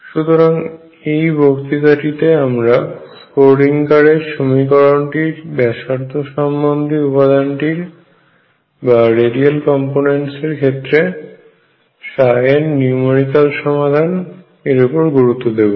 সুতরাং এই বক্তৃতাটিতে আমরা স্ক্রোডিঙ্গারের সমীকরণটির ব্যাসার্ধ সম্বন্ধীয় উপাদানটির ক্ষেত্রে এর নিউমেরিকাল সমাধান এর ওপর গুরুত্ব দেব